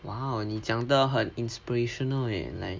!wow! 你讲的很 inspirational eh like